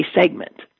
segment